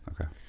Okay